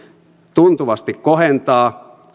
tuntuvasti kohentaa